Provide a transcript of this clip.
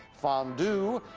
fondue.